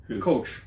coach